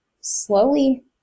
slowly